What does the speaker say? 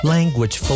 Language